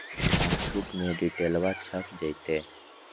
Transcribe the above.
पासबुका में डिटेल्बा छप जयते?